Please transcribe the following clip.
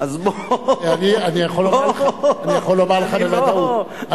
אני יכול לומר לך בוודאות.